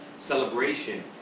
Celebration